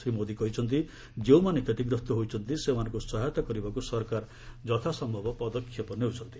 ଶ୍ରୀ ମୋଦି କହିଛନ୍ତି ଯେଉଁମାନେ କ୍ଷତିଗ୍ରସ୍ତ ହୋଇଛନ୍ତି ସେମାନଙ୍କୁ ସହାୟତା କରିବାକୁ ସରକାର ଯଥାସମ୍ଭବ ପଦକ୍ଷେପ ନେଉଛନ୍ତି